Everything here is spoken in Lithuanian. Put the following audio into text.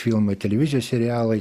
filmai televizijos serialai